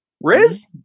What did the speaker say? Riz